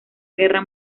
guerra